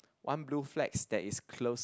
one blue flags that is close